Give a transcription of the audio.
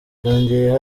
yongeyeho